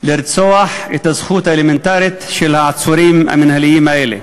לרצוח את הזכות האלמנטרית של העצורים המינהליים האלה.